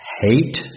hate